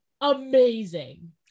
amazing